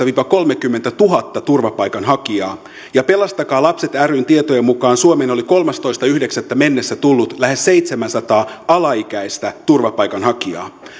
viiva kolmekymmentätuhatta turvapaikanhakijaa ja pelastakaa lapset ryn tietojen mukaan suomeen oli kolmastoista yhdeksättä mennessä tullut lähes seitsemänsataa alaikäistä turvapaikanhakijaa